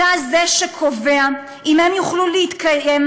אתה הוא שקובע אם הם יוכלו להתקיים,